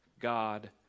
God